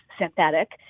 synthetic